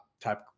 type